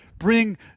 bring